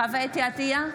נגד חוה אתי עטייה,